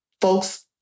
folks